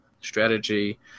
strategy